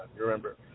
remember